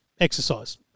exercise